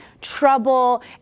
trouble